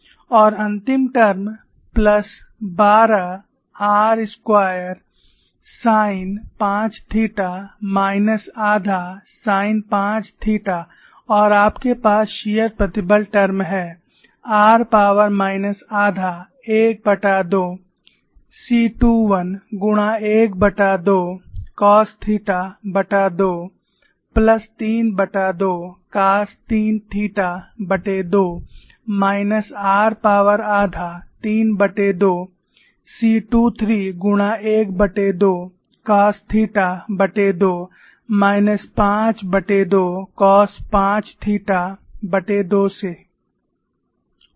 और अंतिम term plus 12 r square sine 5 theta minus आधा साइन 5 थीटा और आपके पास शीयर प्रतिबल टर्म है r पावर माइनस आधा 12 c21 गुणा 12 cos theta plus 32 cos 3 theta minus r power आधा 32 c23 गुणा 12 cos theta minus 52 cos 5 theta से